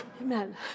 Amen